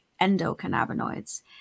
endocannabinoids